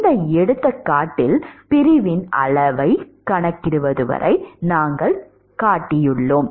இந்த எடுத்துக்காட்டில் பிரிவின் அளவைக் கணக்கிடுவது வரை நாங்கள் கட்டுப்படுத்தியுள்ளோம்